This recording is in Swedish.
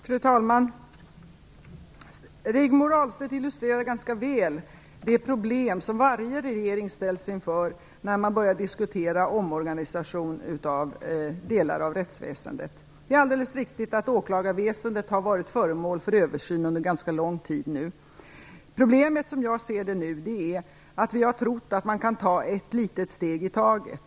Fru talman! Rigmor Ahlstedt illustrerar ganska väl det problem som varje regering ställs inför när man börjar diskutera omorganisation av delar av rättsväsendet. Det är alldeles riktigt att åklagarväsendet nu har varit föremål för översyn under ganska lång tid. Problemet är som jag ser det att vi har trott att man kan ta ett litet steg i taget.